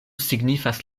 signifas